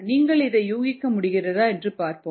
நீங்கள் இதை யூகிக்க முடிகிறதா என்று பார்ப்போம்